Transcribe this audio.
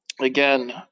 again